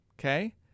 okay